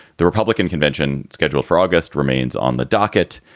the republican convention scheduled for august remains on the docket.